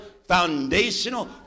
foundational